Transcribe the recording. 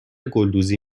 گلدوزی